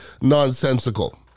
nonsensical